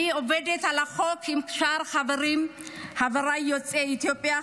אני עובדת על החוק עם שאר חבריי יוצאי אתיופיה,